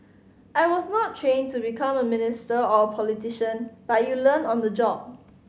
I was not trained to become a minister or a politician but you learn on the job